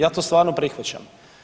Ja to stvarno prihvaćam.